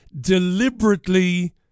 deliberately